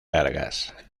largas